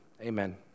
Amen